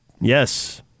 Yes